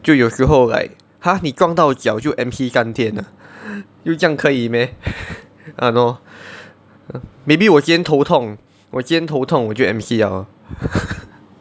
就有时候 like !huh! 你撞到脚就 M_C 三天 ah 就这样可以 meh !hannor! maybe 我今天头痛我今天头痛我就 M_C liao